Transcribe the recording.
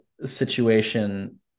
situation